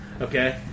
Okay